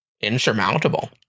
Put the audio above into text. insurmountable